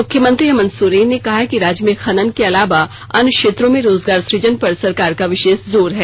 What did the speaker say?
मुख्यमंत्री हेमंत सोरेन ने कहा है कि राज्य में खनन के अलावा अन्य क्षेत्रों में रोजगार सुजन पर सरकार का विशेष जोर है